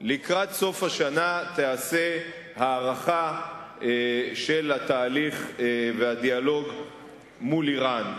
סוף השנה תיעשה הערכה של התהליך והדיאלוג מול אירן.